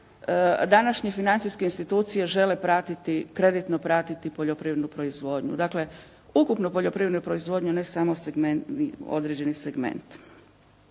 današnje financijske institucije žele pratiti, kreditno pratiti poljoprivrednu proizvodnju. Dakle ukupnu poljoprivrednu proizvodnju ne samo određeni segment.